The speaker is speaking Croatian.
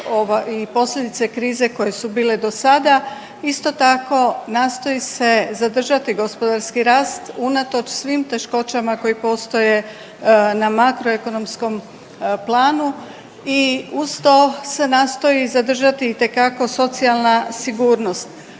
i posljedice krize koje su bile do sada. Isto tako nastoji se zadržati gospodarski rast unatoč svim teškoćama koje postoje na makroekonomskom planu. I uz to se nastoji zadržati itekako socijalna sigurnost.